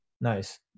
Nice